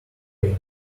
again